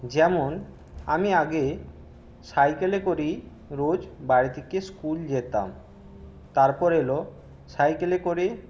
যেমন আমি আগে সাইকেলে করেই রোজ বাড়ি থেকে স্কুল যেতাম তারপর এলো সাইকেলে করে